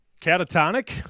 Catatonic